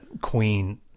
Queen